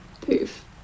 poof